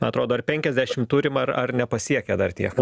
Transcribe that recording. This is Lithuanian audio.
atrodo ar penkiasdešim turim ar ar nepasiekę dar tiek